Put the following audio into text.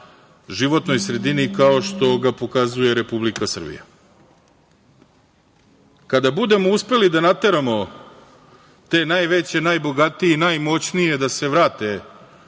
životnoj sredini, kao što ga pokazuje Republika Srbija. Kada budemo uspeli da nateramo te najveće, najbogatije i da najmoćnije da se vrate,